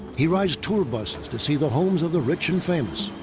he rides tour buses to see the homes of the rich and famous.